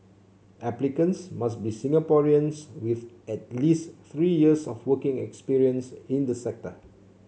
applicants must be Singaporeans with at least three years of working experience in the sector